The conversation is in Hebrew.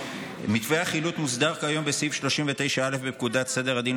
מתווה החילוט מוסדר כיום בסעיף 39(א) לפקודת סדר הדין